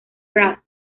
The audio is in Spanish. pratt